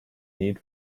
need